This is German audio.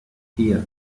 vier